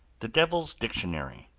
the devil's dictionary,